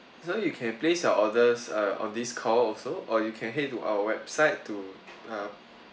so you can place your orders uh on this call also or you can head to our website to err